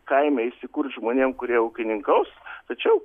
kaime įsikurt žmonėm kurie ūkininkaus tačiau